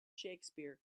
shakespeare